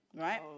Right